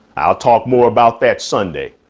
i'll talk more about that sunday.